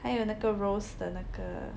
还有那个 rose 的那个